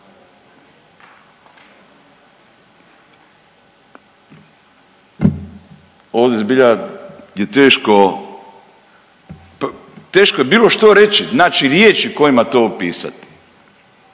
je teško, teško je bilo što reći, naći riječi kojima to opisati.